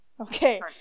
Okay